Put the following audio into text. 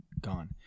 Gone